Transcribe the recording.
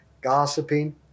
gossiping